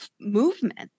movement